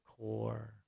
core